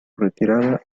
retirada